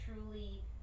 truly